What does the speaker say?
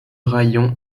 raïon